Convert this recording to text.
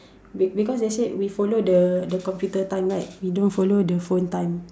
because they say we follow the the computer time right we don't follow the phone time